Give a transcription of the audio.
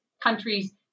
countries